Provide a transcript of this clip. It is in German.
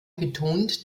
betont